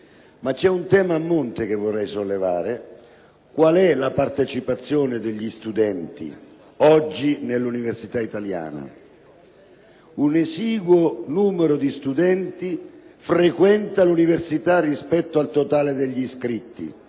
ma c'è un tema a monte che vorrei sollevare: qual è la partecipazione degli studenti oggi nell'università italiana? Un esiguo numero di studenti frequenta l'università rispetto al totale degli iscritti,